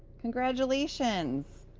congratulations!